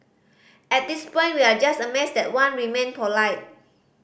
at this point we are just amazed that Wan remained polite